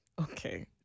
Okay